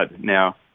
Now